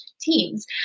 teams